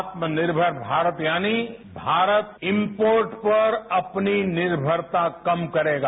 आत्मनिर्भर भारत यानी भारत इम्पोर्ट पर अपनी निर्भरता कम करेगा